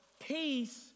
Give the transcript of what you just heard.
Peace